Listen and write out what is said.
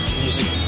music